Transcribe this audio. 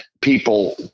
people